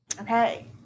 Okay